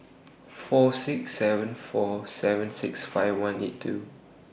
four six seven four seven six five one eight two